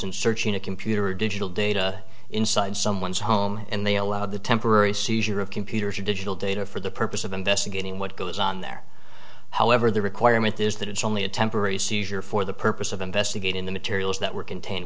in searching a computer or digital data inside someone's home and they allowed the temporary seizure of computers or digital data for the purpose of investigating what goes on there however the requirement is that it's only a temporary seizure for the purpose of investigating the materials that were contained